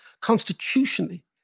constitutionally